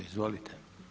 Izvolite.